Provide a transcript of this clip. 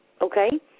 Okay